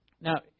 Now